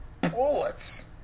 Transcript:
bullets